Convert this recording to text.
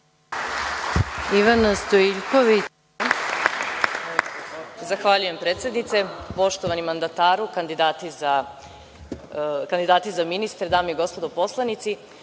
**Ivana Stojiljković** Zahvaljujem predsednice. Poštovani mandataru, kandidati za ministre, dame i gospodo poslanici,